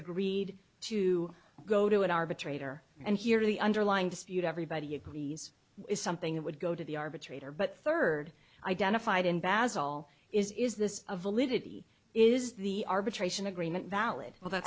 agreed to go to an arbitrator and here the underlying dispute everybody agrees is something that would go to the arbitrator but third identified in basil is is this a validity is the arbitration agreement valid all that